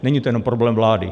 Není to jen problém vlády.